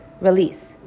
release